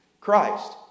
Christ